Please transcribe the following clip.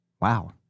Wow